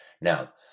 Now